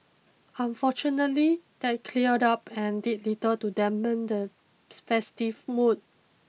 unfortunately that cleared up and did little to dampen the festive mood